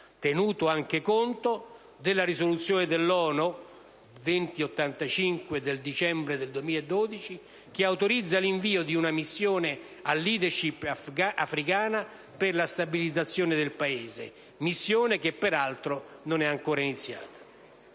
tenuto anche conto della risoluzione dell'ONU n. 2085 del 20 dicembre 2012 che autorizza l'avvio di una missione a *leadership* africana per la stabilizzazione del Paese, missione che peraltro non è ancora iniziata.